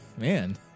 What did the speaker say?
man